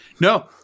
No